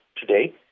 today